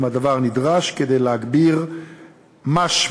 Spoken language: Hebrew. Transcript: אם הדבר נדרש כדי להגביר משמעותית